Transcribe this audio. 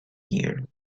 ear